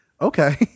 Okay